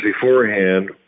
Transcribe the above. beforehand